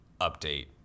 update